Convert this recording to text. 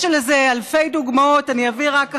יש לזה אלפי דוגמאות, אני אביא רק אחת.